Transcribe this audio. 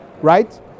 right